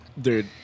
dude